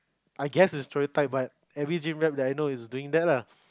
I guess is stereotype but every gym rat that I know is doing that lah